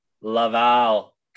Laval